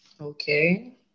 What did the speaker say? Okay